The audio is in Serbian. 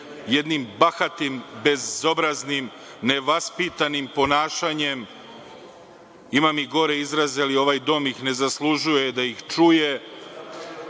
jednim bahatim, bezobraznim, nevaspitanim ponašanjem, imamo i gore izraze, ali ovaj dom ne zaslužuje da ih čuje,